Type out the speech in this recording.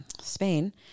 spain